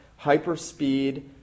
hyperspeed